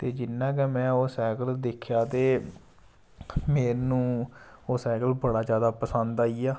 ते जिन्ना गै में ओह् सैकल देक्खेया ते मैन्नू ओह् सैकल बड़ा जैदा पसंद आई गेआ